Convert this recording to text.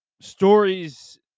stories